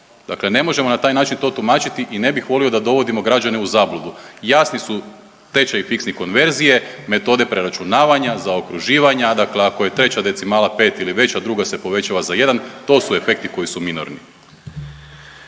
dakle ne možemo na taj način to tumačiti i ne bih volio da dovodimo građane u zabludu. Jasni su tečajevi fiksni konverzije, metode preračunavanja, zaokruživanja, dakle ako je tečaj decimala 5 ili veća druga se povećava za 1, to su efekti koji su minorni.